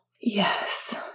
Yes